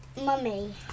Mummy